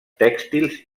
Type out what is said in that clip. tèxtils